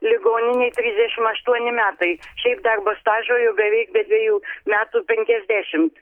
ligoninėj trisdešim aštuoni metai šiaip darbo stažo jau beveik be dvejų metų penkiasdešim